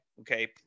Okay